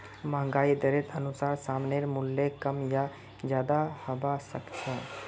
महंगाई दरेर अनुसार सामानेर मूल्य कम या ज्यादा हबा सख छ